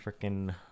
freaking